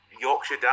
Yorkshire